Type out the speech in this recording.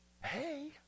Hey